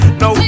no